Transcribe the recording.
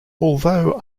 although